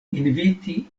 inviti